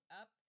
up